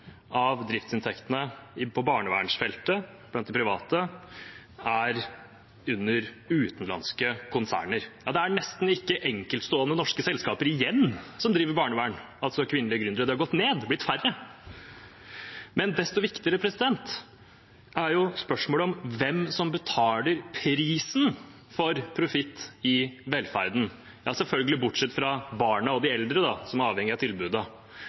er nesten ikke enkeltstående norske selskaper igjen som driver barnevern, altså kvinnelige gründere. Det har gått ned, blitt færre. Desto viktigere er spørsmålet om hvem som betaler prisen for profitt i velferden – ja, selvfølgelig bortsett fra barna og de eldre, som er avhengig av